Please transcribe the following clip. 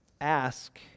ask